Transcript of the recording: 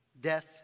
death